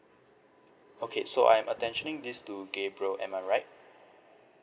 okay so I'm attentioning this to gabriel am I right